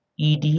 ED